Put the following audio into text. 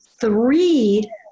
three